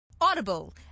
Audible